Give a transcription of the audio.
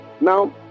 Now